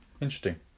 Interesting